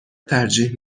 ترجیح